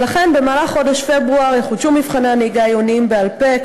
ולכן במהלך חודש פברואר יחודשו מבחני הנהיגה העיוניים בעל-פה,